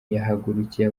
yahagurukiye